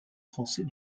français